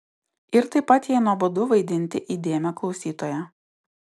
ir taip pat jai nuobodu vaidinti įdėmią klausytoją